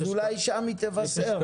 אז אולי שם היא תבשר?